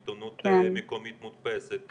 עיתונות מקומית מודפסת,